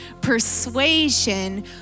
persuasion